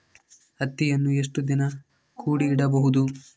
ಹತ್ತಿಯನ್ನು ಎಷ್ಟು ದಿನ ಕೂಡಿ ಇಡಬಹುದು?